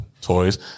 toys